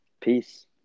peace